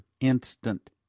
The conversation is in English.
instant